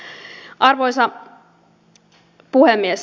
arvoisa puhemies